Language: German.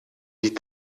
die